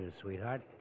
sweetheart